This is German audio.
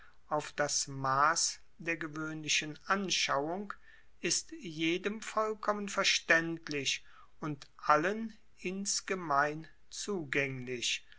auf das mass der gewoehnlichen anschauung ist jedem vollkommen verstaendlich und allen insgemein zugaenglich